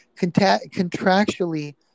contractually